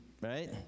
right